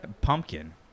Pumpkin